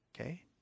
Okay